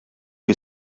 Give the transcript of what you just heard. que